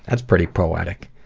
that's pretty poetic.